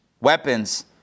weapons